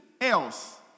else